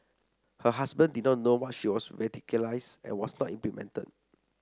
her husband did not know that she was radicalised and was not implicated